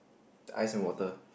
ice and water